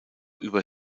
über